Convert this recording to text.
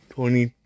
Twenty